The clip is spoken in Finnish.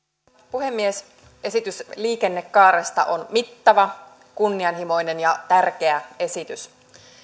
puhemies esitys liikennekaaresta on mittava kunnianhimoinen ja tärkeä esitys